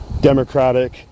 democratic